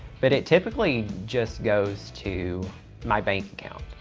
but it typically just goes to my bank account.